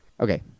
Okay